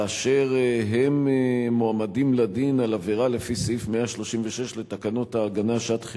כאשר הם מועמדים לדין על עבירה לפי סעיף 136 לתקנות ההגנה (שעת חירום),